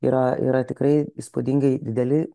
yra yra tikrai įspūdingai dideli